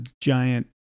giant